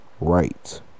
right